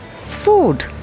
Food